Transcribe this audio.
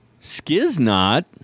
Skiznot